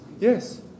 Yes